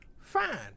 fine